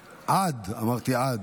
עד, אמרתי עד.